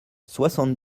soixante